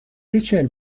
ریچل